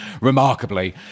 remarkably